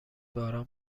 باران